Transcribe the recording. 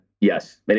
yes